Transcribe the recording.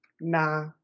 nah